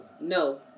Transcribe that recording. No